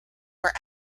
where